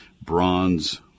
bronze